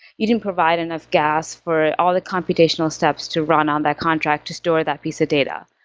you didn't provide enough gas for all the computational steps to run on that contract to store that piece of data.